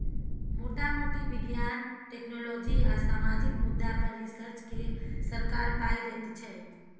मोटा मोटी बिज्ञान, टेक्नोलॉजी आ सामाजिक मुद्दा पर रिसर्च केँ सरकार पाइ दैत छै